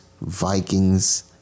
Vikings